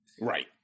Right